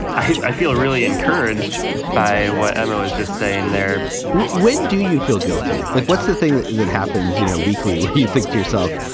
i feel really encouraged by what emily's just saying there when do you feel guilty? like, what's the thing that that happens, you know, weekly where you think to yourself,